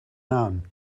known